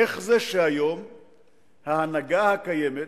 איך זה שהיום ההנהגה הקיימת,